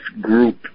group